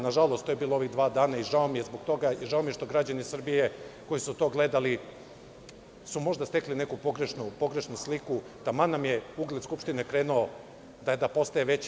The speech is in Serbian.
Nažalost, to je bilo ova dva dana i žao mi je zbog toga i žao mi je što građani Srbije, koji su to gledali su možda stekli neku pogrešnu sliku, taman nam je ugled Skupštine krenuo da postaje veći.